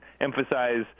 emphasize